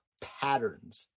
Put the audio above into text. patterns